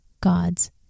God's